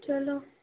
ਚਲੋ